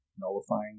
Nullifying